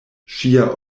ŝia